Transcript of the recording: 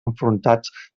enfrontats